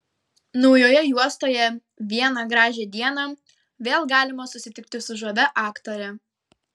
naujoje juostoje vieną gražią dieną vėl galima susitikti su žavia aktore